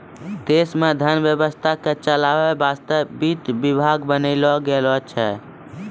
देश मे धन व्यवस्था के चलावै वासतै वित्त विभाग बनैलो गेलो छै